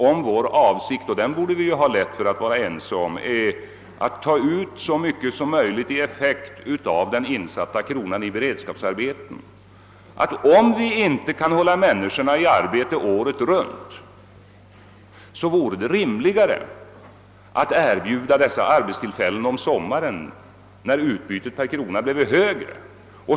Om vår avsikt är — och den borde vi ha lätt för att vara ense om — att få ut så mycket som möjligt i effekt av varje insatt krona i beredskapsarbeten, och om vi inte kan hålla människorna i arbete året runt, vore det rimligare att erbjuda arbetstillfällen på sommaren när utbytet per krona blir högre.